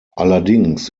allerdings